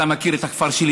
אתה מכיר את הכפר שלי,